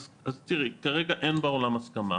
אז כרגע אין בעולם הסכמה.